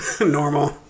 Normal